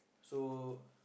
so